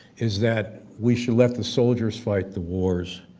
is that we should let the soldiers fight the wars,